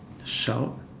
shout